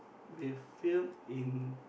we film in